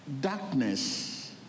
darkness